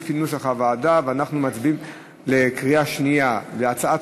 אנחנו מצביעים בקריאה שנייה על הצעת